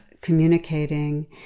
communicating